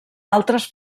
altres